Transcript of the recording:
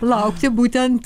laukti būtent